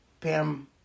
Pam